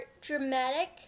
dramatic